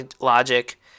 logic